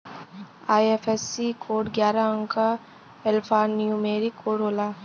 IFSC code ग्यारह अंक क एल्फान्यूमेरिक कोड होला